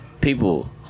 people